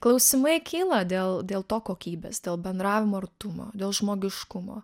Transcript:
klausimai kyla dėl dėl to kokybės dėl bendravimo artumo dėl žmogiškumo